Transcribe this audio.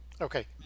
Okay